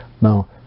Now